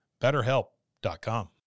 BetterHelp.com